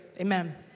amen